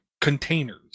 containers